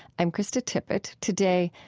i'm krista tippett. today,